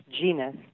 genus